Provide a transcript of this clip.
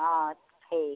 हाँ ठीक